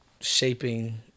shaping